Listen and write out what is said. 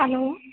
hello